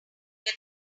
get